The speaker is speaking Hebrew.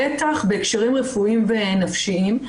בטח בהקשרים רפואיים ונפשיים.